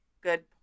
good